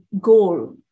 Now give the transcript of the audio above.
goal